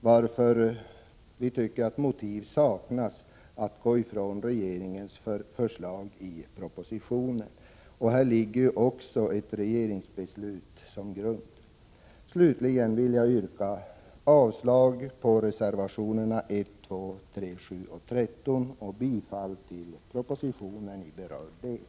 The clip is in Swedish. Vi tycker därför att det saknas motiv att gå ifrån regeringens förslag i propositionen. 27 Slutligen vill jag yrka avslag på reservationerna 1, 2,3, 7 och 13 samt bifall till utskotttets hemställan.